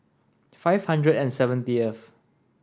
five hundred and seventieth